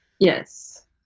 Yes